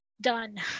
done